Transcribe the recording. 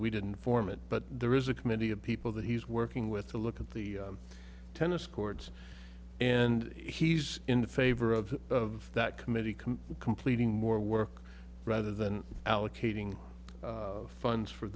we didn't form it but there is a committee of people that he's working with to look at the tennis courts and he's in favor of of that committee come completing more work rather than allocating funds for